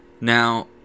Now